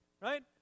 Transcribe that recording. Right